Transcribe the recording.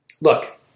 Look